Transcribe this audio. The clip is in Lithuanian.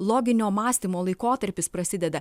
loginio mąstymo laikotarpis prasideda